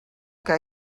que